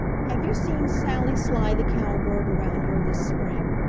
have you seen sally sly the cowbird around here this spring?